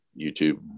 YouTube